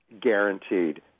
guaranteed